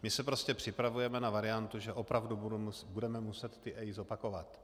My se prostě připravujeme na variantu, že opravdu budeme muset ty EIA zopakovat.